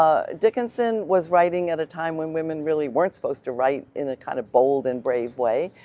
um dickinson was writing at a time when women really weren't supposed to write in a kind of bold and brave way,